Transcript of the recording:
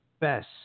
best